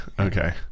Okay